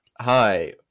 Hi